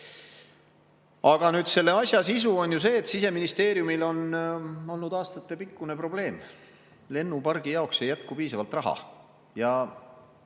Aga selle asja sisu on ju see, et Siseministeeriumil on olnud aastatepikkune probleem: lennupargi jaoks ei jätku piisavalt raha. Aasta